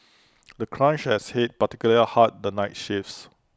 the crunch has hit particularly hard the night shifts